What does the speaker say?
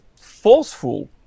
forceful